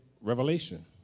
revelation